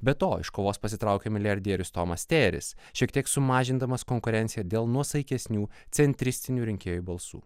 be to iš kovos pasitraukė milijardierius tomas tėris šiek tiek sumažindamas konkurenciją dėl nuosaikesnių centristinių rinkėjų balsų